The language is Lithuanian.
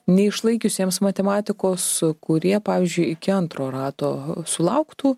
neišlaikiusiems matematikos kurie pavyzdžiui iki antro rato sulauktų